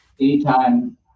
anytime